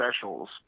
specials